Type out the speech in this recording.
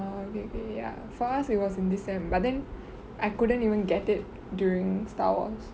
orh maybe ya for us it was in this sem but then I couldn't even get it during star wars